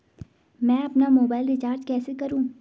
मैं अपना mobile recharge कैसे करूँ?